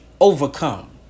overcome